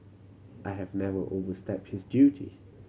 I have never overstepped this duty